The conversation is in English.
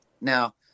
now